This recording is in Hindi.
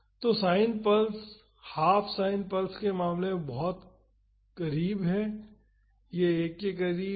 तो sine pulse half sine pulse के मामले में यह बहुत कम है यह 1 के करीब है